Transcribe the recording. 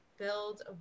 build